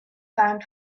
found